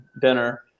dinner